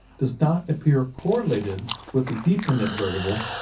does not appear correlated with the dependent variable,